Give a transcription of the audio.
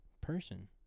person